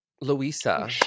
Louisa